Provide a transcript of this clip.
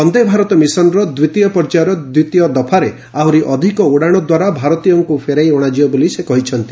ବନ୍ଦେ ଭାରତ ମିଶନ୍ର ଦ୍ୱିତୀୟ ପର୍ଯ୍ୟାୟର ଦ୍ୱିତୀୟ ଦଫାରେ ଆହୁରି ଅଧିକ ଉଡ଼ାଣଦ୍ୱାରା ଭାରତୀୟଙ୍କୁ ଫେରାଇ ଅଣାଯିବ ବୋଲି ସେ କହିଛନ୍ତି